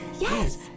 Yes